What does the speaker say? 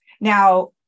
Now